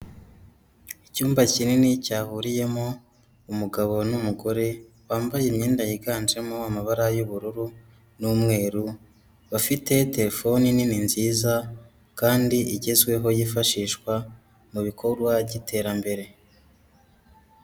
Icyumba kinini cyahuriyemo umugabo n'umugore, bambaye imyenda yiganjemo amabara y'ubururu n'umweru, bafite telefone nini nziza kandi igezweho yifashishwa mu bikorwa by'iterambere.